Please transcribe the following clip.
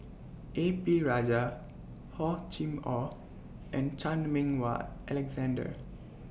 A P Rajah Hor Chim Or and Chan Meng Wah Alexander